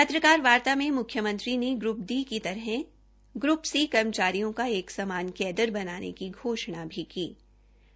पत्रकार वार्ता में मुख्यमंत्री ने ग्र्प डी की तरह ग्र्प सी कर्मचारियों का एक समान कैडर बनाने की घोषणा भी की है